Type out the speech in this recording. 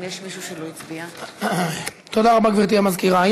גברתי המזכירה.